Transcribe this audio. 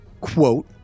quote